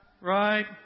right